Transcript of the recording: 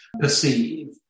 perceive